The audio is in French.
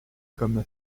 comme